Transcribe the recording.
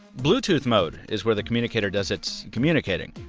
bluetooth mode is where the communicator does its communicating.